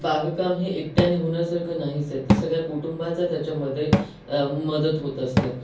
बागकाम हे एकट्याने होण्यासारखं नाहीच आहे ते सगळ्या कुटुंबाचं त्याच्यामध्ये मदत होत असते